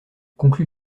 conclut